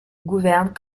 gouverne